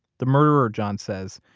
the murderer, john says,